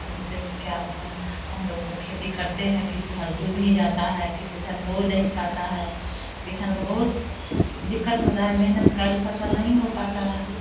विशेष क्या होता है हम लोग तो खेती करते हैं किसी साल डूब भी जाता है किसी साल हो नहीं पाता है किसान को बहुत दिक्कत होता है मेहनत कर फसल नहीं हो पाता है